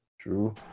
true